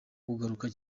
kugaruka